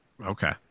Okay